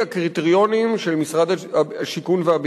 הקריטריונים של משרד הבינוי והשיכון.